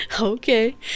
okay